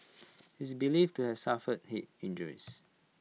he is believed to have suffered Head injuries